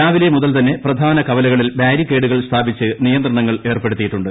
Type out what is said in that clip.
രാവിലെ മുതൽ തന്നെ പ്രധാന കവലകളിൽ ബാരിക്കേഡുകൾ സ്ഥാപിച്ച് നിയന്ത്രണങ്ങൾ ഏർപ്പെടുത്തിയിട്ടുണ്ട്